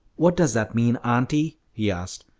what does that mean, auntie? he asked.